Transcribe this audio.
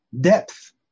depth